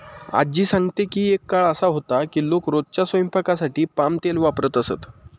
आज्जी सांगते की एक काळ असा होता की लोक रोजच्या स्वयंपाकासाठी पाम तेल वापरत असत